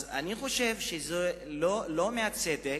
אני חושב שזה לא מהצדק